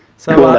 so,